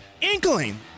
inkling